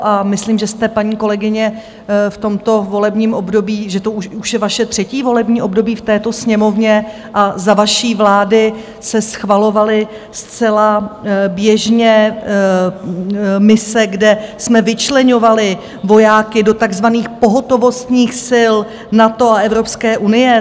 A myslím, že jste, paní kolegyně, v tomto volebním období, že to už je vaše třetí volební období v této Sněmovně, a za vaší vlády se schvalovaly zcela běžně mise, kde jsme vyčleňovali vojáky do takzvaných pohotovostních sil NATO a Evropské unie.